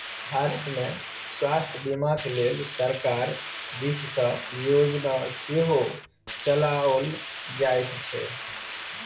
भारतमे स्वास्थ्य बीमाक लेल सरकार दिससँ योजना सेहो चलाओल जाइत छै